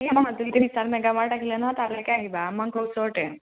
এই আমাৰ মাজুলীতে বিশাল মেগাৱাৰ্ট আহিলে ন তালৈকে আহিবা আমাৰ ঘৰৰ ওচৰতে